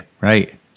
right